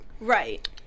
Right